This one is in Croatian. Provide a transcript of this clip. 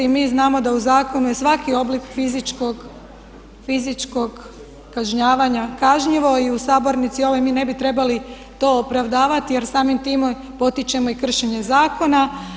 I mi znamo da u zakonu je svaki oblik fizičkog kažnjavanja kažnjivo i u sabornici ovoj mi ne bi trebali to opravdavati jer samim time potičemo i kršenje zakona.